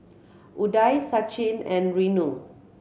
Udai Sachin and Renu